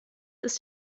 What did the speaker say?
ist